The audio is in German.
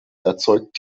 erzeugt